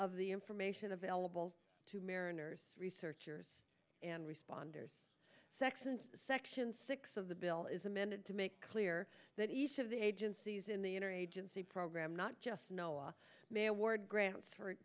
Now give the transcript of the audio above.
of the information available to mariners researchers and responders section section six of the bill is amended to make clear that each of the agencies in the interagency program not just no law may award grants for